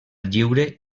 lliure